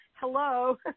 Hello